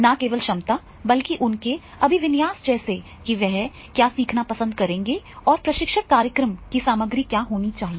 न केवल क्षमता बल्कि उनके अभिविन्यास जैसे कि वे क्या सीखना पसंद करेंगे और प्रशिक्षण कार्यक्रम की सामग्री क्या होनी चाहिए